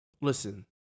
listen